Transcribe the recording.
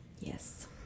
Yes